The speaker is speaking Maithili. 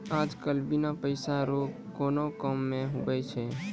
आज कल बिना पैसा रो कोनो काम नै हुवै छै